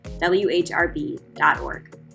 WHRB.org